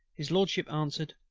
his lordship answered,